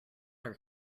are